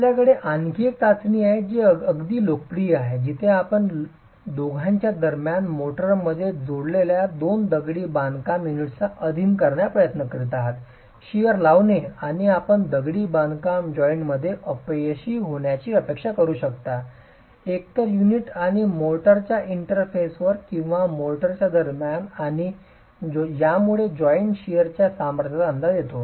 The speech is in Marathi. आपल्याकडे आणखी एक चाचणी आहे जी अगदी लोकप्रिय आहे जिथे आपण दोघांच्या दरम्यान मोर्टारमध्ये जोडलेल्या दोन दगडी बांधकाम युनिट्सचा अधीन करण्याचा प्रयत्न करीत आहात शिअर लावणे आणि आपण दगडी बांधकाम जॉइंट मध्ये अयशस्वी होण्याची अपेक्षा करू शकता एकतर युनिट आणि मोर्टारच्या इंटरफेसवर किंवा मोर्टारच्या दरम्यान आणि यामुळे जॉइंट शिअरच्या सामर्थ्याचा अंदाज येतो